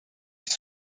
ils